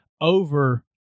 over